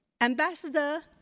Ambassador